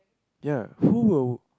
ya who will